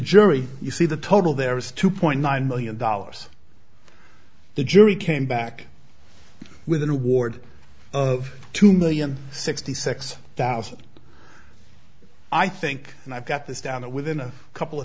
jury you see the total there is two point nine million dollars the jury came back with an award of two million sixty six thousand i think and i've got this down to within a couple of